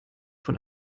von